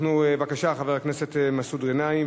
בבקשה, חבר הכנסת מסעוד גנאים.